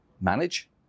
manage